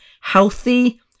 healthy